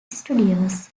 studios